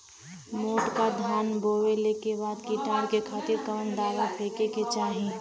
मोटका धान बोवला के बाद कीटाणु के खातिर कवन दावा फेके के चाही?